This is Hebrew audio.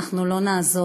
אנחנו לא נעזוב,